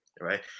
Right